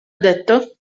detto